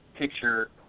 picture